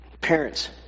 Parents